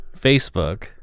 Facebook